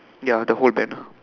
ya the whole banner